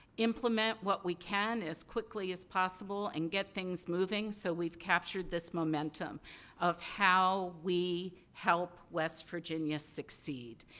implement what we can as quickly as possible, and get things moving, so we've captured this momentum of how we help west virginia succeed.